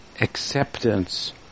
acceptance